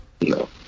No